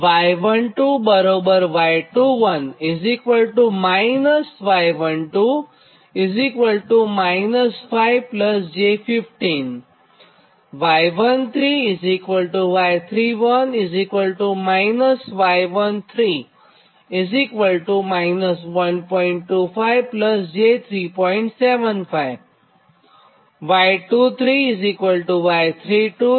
તો આ પરથી Y બસ મેટ્રીક્સ માટે એક કોમ્પોનન્ટ 6